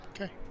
Okay